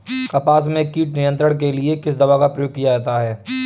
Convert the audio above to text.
कपास में कीट नियंत्रण के लिए किस दवा का प्रयोग किया जाता है?